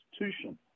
institution